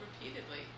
repeatedly